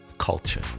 culture